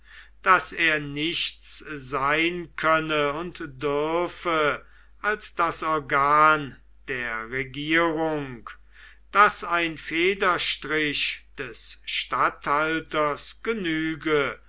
daß er nichts sein könne und dürfe als das organ der regierung daß ein federstrich des statthalters genüge